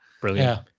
brilliant